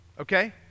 okay